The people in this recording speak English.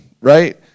right